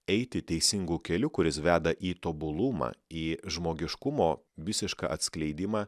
eiti teisingu keliu kuris veda į tobulumą į žmogiškumo visišką atskleidimą